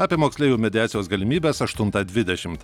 apie moksleivių mediacijos galimybes aštuntą dvidešimt